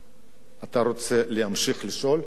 אתה רוצה להמשיך לשאול?